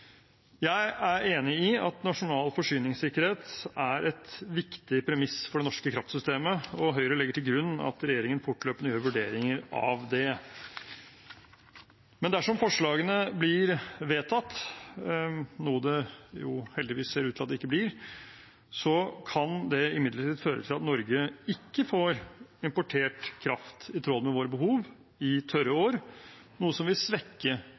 Jeg er enig i at nasjonal forsyningssikkerhet er et viktig premiss for det norske kraftsystemet, og Høyre legger til grunn at regjeringen fortløpende gjør vurderinger av det. Dersom forslagene blir vedtatt, noe det heldigvis ser ut til at de ikke blir, kan det imidlertid føre til at Norge ikke får importert kraft i tråd med våre behov i tørre år, noe som vil svekke